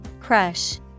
Crush